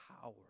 Power